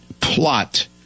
plot